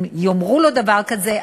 אם יאמרו לו דבר כזה,